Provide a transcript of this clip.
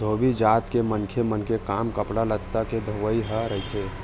धोबी जात के मनखे मन के काम कपड़ा लत्ता के धोवई ह रहिथे